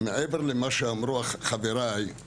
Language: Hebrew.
מעבר למה שאמרו חבריי,